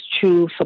true